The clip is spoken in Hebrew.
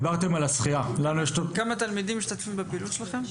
כמה תלמידים משתתפים בפעילות שלכם?